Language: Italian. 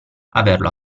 averlo